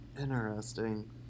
Interesting